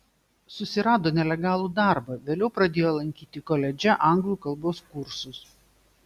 susirado nelegalų darbą vėliau pradėjo lankyti koledže anglų kalbos kursus